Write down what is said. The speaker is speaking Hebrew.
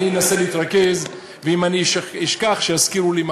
אני אנסה להתרכז, ואם אני אשכח, שיזכירו לי.